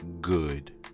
good